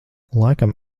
laikam